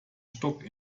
stock